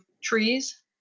trees